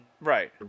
Right